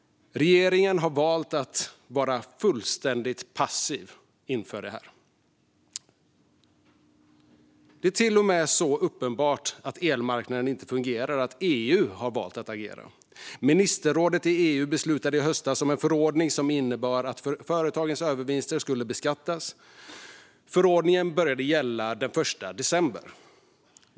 Regeringen har valt att vara fullständigt passiv inför denna situation. Det är till och med så uppenbart att elmarknaden inte fungerar att EU har valt att agera. Ministerrådet i EU beslutade i höstas om en förordning som innebar att företagens övervinster skulle beskattas. Förordningen började gälla den 1 december.